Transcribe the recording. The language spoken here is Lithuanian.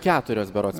keturios berods